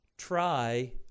Try